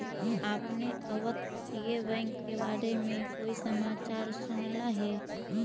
आपने अपतटीय बैंक के बारे में कोई समाचार सुनला हे